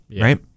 Right